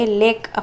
lake